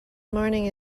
morning